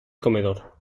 comedor